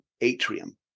atrium